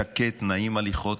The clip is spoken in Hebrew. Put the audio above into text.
שקט, נעים הליכות.